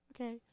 Okay